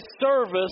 service